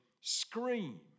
scream